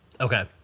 Okay